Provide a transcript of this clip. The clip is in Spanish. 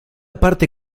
parte